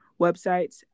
websites